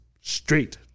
straight